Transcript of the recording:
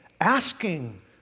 asking